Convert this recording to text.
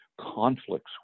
conflicts